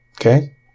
Okay